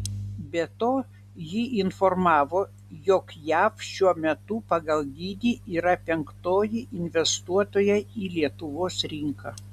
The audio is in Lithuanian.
be to ji informavo jog jav šiuo metu pagal dydį yra penktoji investuotoja į lietuvos rinką